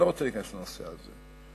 אני לא רוצה להיכנס לנושא הזה.